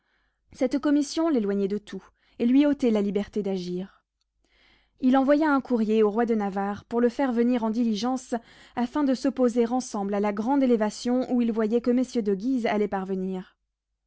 cette commission l'éloignait de tout et lui ôtait la liberté d'agir il envoya un courrier au roi de navarre pour le faire venir en diligence afin de s'opposer ensemble à la grande élévation où il voyait que messieurs de guise allaient parvenir